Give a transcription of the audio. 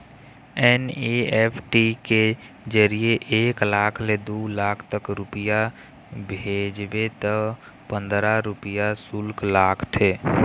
NEFT के जरिए एक लाख ले दू लाख तक रूपिया भेजबे त पंदरा रूपिया सुल्क लागथे